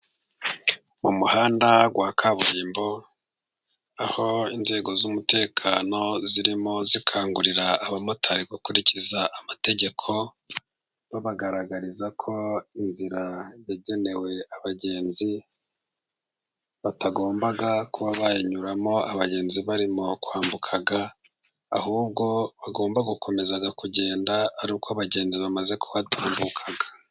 Mu muhanda wa kaburimbo aho inzego z'umutekano zirimo zikangurira abamotari gukurikiza amategeko, babagaragariza ko inzira yagenewe abagenzi batagomba kuba bayinyuramo abagenzi barimo kwambuka, ahubwo bagomba gukomeza kugenda ari uko abagenzi bamaze kuhatambuka.